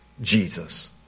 Jesus